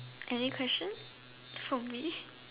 any questions from me